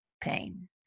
pain